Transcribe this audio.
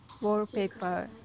wallpaper